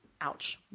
Ouch